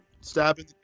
stabbing